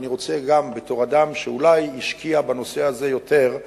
אבל גם בתור אדם שאולי השקיע בנושא הזה יותר,